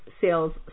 sales